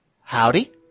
howdy